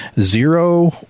zero